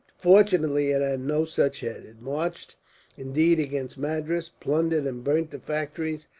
fortunately, it had no such head. it marched indeed against madras, plundered and burnt the factories,